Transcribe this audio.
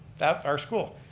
that's our school.